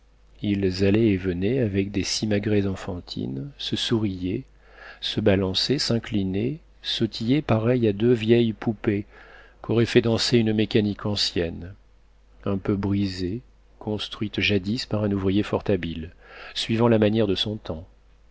ils allaient et venaient avec des simagrées enfantines se souriaient se balançaient s'inclinaient sautillaient pareils à deux vieilles poupées qu'aurait fait danser une mécanique ancienne un peu brisée construite jadis par un ouvrier fort habile suivant la manière de son temps